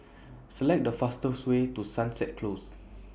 Select The fastest Way to Sunset Closes